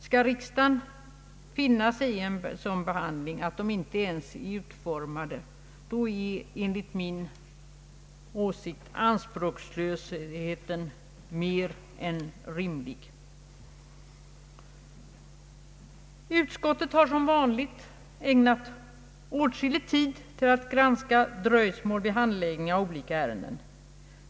Skall riksdagen finna sig i att de inte ens är utformade, då är enligt min åsikt anspråkslösheten större än vad som kan sägas vara rimligt. Utskottet har, som jag nämnde, som vanligt ägnat åtskillig tid åt att granska dröjsmål vid handläggningen av olika ärenden.